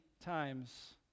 times